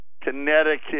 Connecticut